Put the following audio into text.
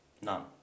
None